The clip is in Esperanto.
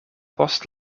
post